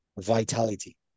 vitality